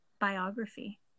biography